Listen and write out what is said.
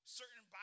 certain